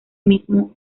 mismo